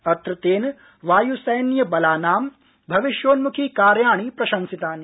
अत्र तेन वायुस्खिलानां भविष्योन्मुखी कार्याणि प्रशंसतिानि